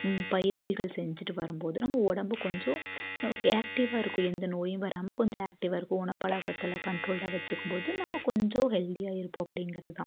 பயிற்சிகள் செஞ்சிகிட்டு வரும் போது உடம்பு கொஞ்சம் ஆக்டிவ்வாக இருக்கும் எந்த நோயும் வராமல் கொஞ்சம் ஆக்டிவ்வாக இருக்கும் உணவு பழக்கத்தைல்லாம் கன்ட்ரோல்ட்டாக வச்சிக்கும் போது நம்ம கொஞ்சம் ஹெல்தியாக இருப்போம் அப்படிங்கிறது தான்